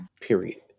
period